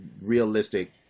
realistic